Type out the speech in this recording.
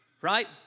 right